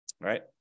right